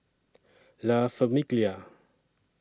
La Famiglia